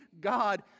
God